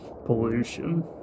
Pollution